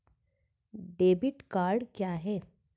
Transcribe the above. Debit card क्या है?